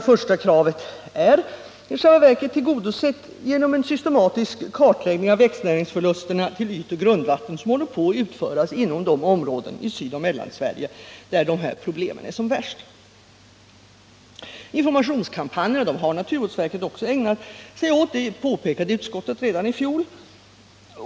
första kravet är i själva verket tillgodosett genom att en systematisk kartläggning av växtnäringsförlusterna till ytoch grundvatten redan håller på att utföras inom de områden i Sydoch Mellansverige där de här problemen är som värst. Informationskampanjerna har naturvårdsverket också ägnat sig åt. Det påpekade utskottet redan i fjol.